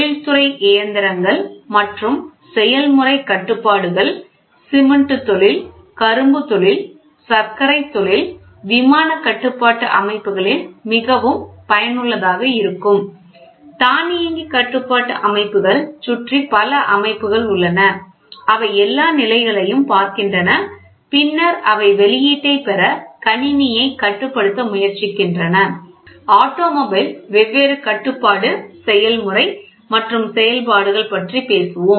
தொழில்துறை இயந்திரங்கள் மற்றும் செயல்முறை கட்டுப்பாடுகள் சிமென்ட் தொழில் கரும்புத் தொழில் சர்க்கரைத் தொழில் விமானக் கட்டுப்பாட்டு அமைப்புகளில் மிகவும் பயனுள்ளதாக இருக்கும் தானியங்கி கட்டுப்பாட்டு அமைப்புகள் சுற்றி பல அமைப்புகள் உள்ளன அவை எல்லா நிலைகளையும் பார்க்கின்றன பின்னர் அவை வெளியீட்டைப் பெற கணினியைக் கட்டுப்படுத்த முயற்சிக்கின்றன ஆட்டோமொபைல் வெவ்வேறு கட்டுப்பாடு செயல்முறை மற்றும் செயல்பாடுகள் பற்றி பேசுவோம்